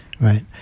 Right